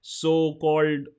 so-called